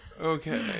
Okay